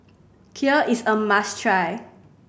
kheer is a must try